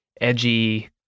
edgy